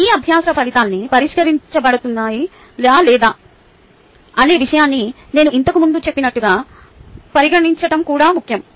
ఈ అభ్యాస ఫలితాలన్నీ పరిష్కరించబడుతున్నాయా లేదా అనే విషయాన్ని నేను ఇంతకు ముందే చెప్పినట్లుగా పరిగణించటం కూడా ముఖ్యం